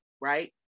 right